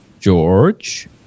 George